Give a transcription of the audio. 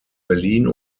berlin